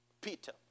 Peter